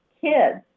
kids